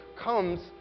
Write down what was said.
comes